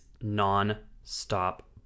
non-stop